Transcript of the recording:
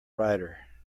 rider